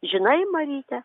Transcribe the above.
žinai maryte